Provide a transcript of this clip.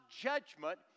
judgment